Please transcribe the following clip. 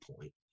point